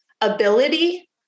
ability